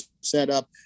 setup